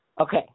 Okay